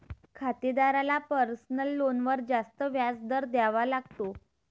खातेदाराला पर्सनल लोनवर जास्त व्याज दर द्यावा लागतो